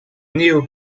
néo